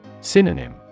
Synonym